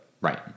Right